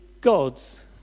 God's